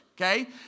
Okay